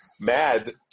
mad